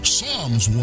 Psalms